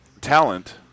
talent